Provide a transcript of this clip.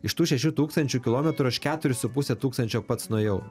iš tų šešių tūkstančių kilometrų už keturis su puse tūkstančio pats nuėjau